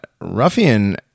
Ruffian